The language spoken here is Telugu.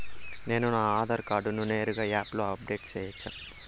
నేను నా ఆధార్ కార్డును నేరుగా యాప్ లో అప్లోడ్ సేయొచ్చా?